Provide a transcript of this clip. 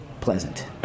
Pleasant